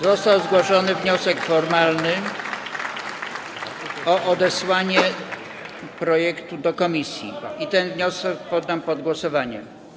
Został zgłoszony wniosek formalny o odesłanie projektu do komisji i ten wniosek poddam pod głosowanie.